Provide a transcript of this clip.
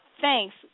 thanks